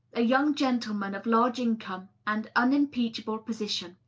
a young gentleman of large income and unimpeachable position.